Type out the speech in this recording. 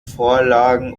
vorlagen